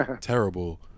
terrible